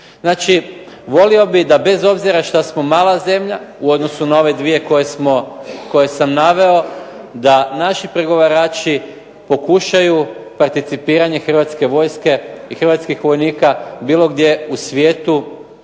Znači, volio bih da bez obzira šta smo mala zemlja u odnosu na ove dvije koje sam naveo da naši pregovarači pokušaju participiranje Hrvatske vojske i hrvatskih vojnika bilo gdje u svijetu